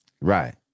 Right